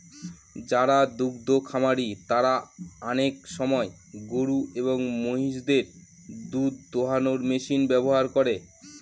যারা দুদ্ধ খামারি তারা আনেক সময় গরু এবং মহিষদের দুধ দোহানোর মেশিন ব্যবহার করে